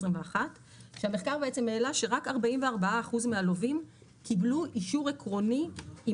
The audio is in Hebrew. כשהמחקר העלה שרק 44 אחוז מהלווים קיבלו אישור עקרוני עם